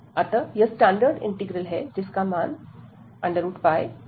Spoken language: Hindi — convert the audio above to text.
अतः यह स्टैंडर्ड इंटीग्रल है जिसका मान 2 है